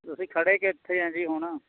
ਤੁਸੀਂ ਖੜ੍ਹੇ ਕਿੱਥੇ ਹੈ ਜੀ ਹੁਣ